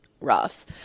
rough